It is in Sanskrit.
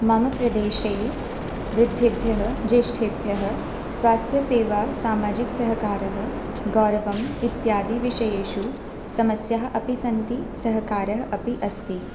मम प्रदेशे वृद्धेभ्यः ज्येष्ठेभ्यः स्वास्थ्यसेवा सामाजिकसहकारः गौरवम् इत्यादिविषयेषु सम्यस्याः अपि सन्ति सहकारः अपि अस्ति